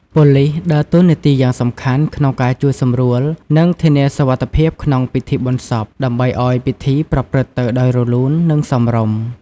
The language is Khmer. ប៉ូលីសដើរតួនាទីយ៉ាងសំខាន់ក្នុងការជួយសម្រួល និងធានាសុវត្ថិភាពក្នុងពិធីបុណ្យសព ដើម្បីឲ្យពិធីប្រព្រឹត្តទៅដោយរលូន និងសមរម្យ។